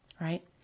right